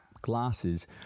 glasses